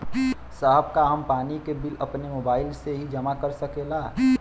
साहब का हम पानी के बिल अपने मोबाइल से ही जमा कर सकेला?